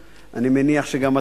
22:45. יאללה,